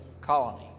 Colony